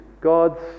God's